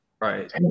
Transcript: right